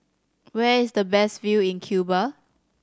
where is the best view in Cuba